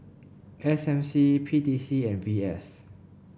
S M C P T C and V S